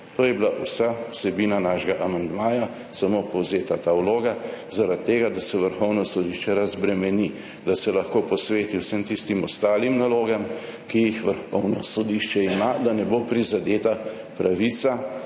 To je bila vsa vsebina našega amandmaja, samo povzeta ta vloga, zaradi tega da se Vrhovno sodišče razbremeni, da se lahko posveti vsem tistim ostalim nalogam, ki jih Vrhovno sodišče ima, da ne bo prizadeta pravica,